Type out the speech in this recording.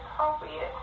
appropriate